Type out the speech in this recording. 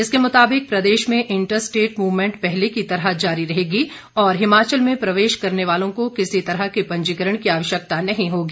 इसके मुताबिक प्रदेश में इंटर स्टेट मूवमेंट पहले की तरह जारी रहेगी और हिमाचल में प्रवेश करने वालों को किसी तरह के पंजीकरण की आवश्यकता नहीं होगी